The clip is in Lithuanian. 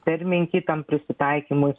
per menki tam prisitaikymui